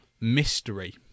mystery